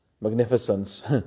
magnificence